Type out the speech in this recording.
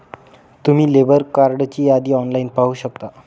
तुम्ही लेबर कार्डची यादी ऑनलाइन पाहू शकता